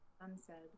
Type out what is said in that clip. unsaid